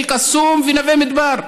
אל-קסום ונווה מדבר,